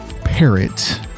parrot